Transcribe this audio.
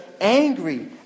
angry